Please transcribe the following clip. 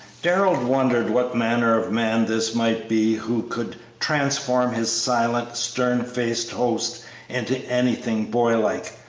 darrell wondered what manner of man this might be who could transform his silent, stern-faced host into anything boy-like,